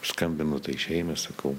skambinu tai šeimai sakau